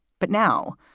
but now,